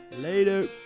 Later